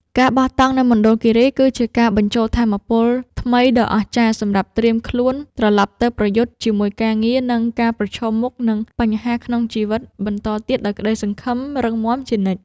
ការបោះតង់នៅមណ្ឌលគីរីគឺជាការបញ្ចូលថាមពលថ្មីដ៏អស្ចារ្យសម្រាប់ត្រៀមខ្លួនត្រឡប់ទៅប្រយុទ្ធជាមួយការងារ និង ការប្រឈមមុខនឹងបញ្ហាក្នុងជីវិតបន្តទៀតដោយក្ដីសង្ឃឹមដ៏រឹងមាំជានិច្ច។